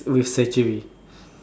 with surgery